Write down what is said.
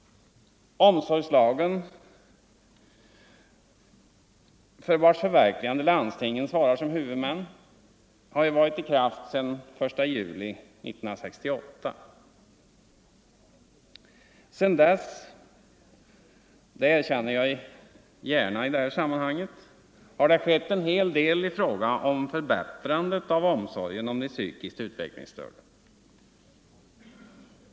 Omsorgslagen, för vars förverkligande landstingen som huvudmän svarar, har ju varit i kraft sedan den 1 juli 1968. Sedan dess, det erkänner jag gärna, har det skett en hel del i fråga om förbättrandet av omsorgen om de psykiskt utvecklingsstörda.